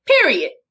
period